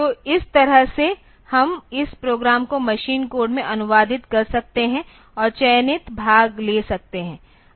तो इस तरह से हम इस प्रोग्राम को मशीन कोड में अनुवादित कर सकते हैं और चयनित भाग ले सकते हैं